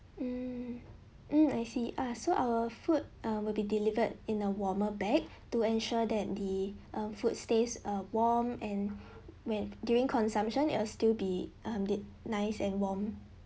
mm mm I see ah so our food uh will be delivered in a warmer bag to ensure that the um food stays uh warm and when during consumption it'll still be um nice and warm